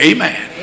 Amen